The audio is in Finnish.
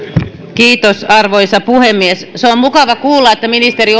arvoisa puhemies se on mukava kuulla että ministeri